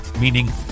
meaning